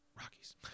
Rockies